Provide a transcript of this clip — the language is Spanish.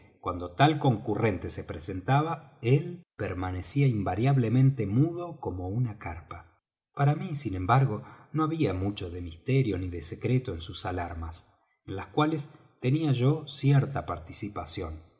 cuando tal concurrente se presentaba él permanecía invariablemente mudo como una carpa para mí sin embargo no había mucho de misterio ni de secreto en sus alarmas en las cuales tenía yo cierta participación